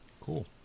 Cool